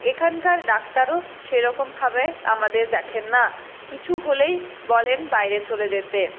এখানকার ডাক্তারও সেরকমভাবে আমাদের দেখেন না কিছু হলেই বলেন বাইরে চলে যেতে